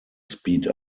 speed